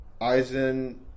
Aizen